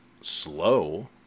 slow